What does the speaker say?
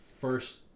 first